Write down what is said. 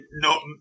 no